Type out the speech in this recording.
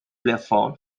platform